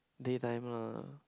day time lah